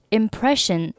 impression